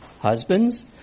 Husbands